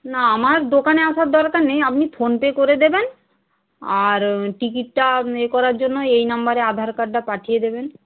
না আমার দোকানে আসার দরকার নেই আপনি ফোন পে করে দেবেন আর টিকিটটা এ করার জন্য এই নাম্বারে আধার কার্ডটা পাঠিয়ে দেবেন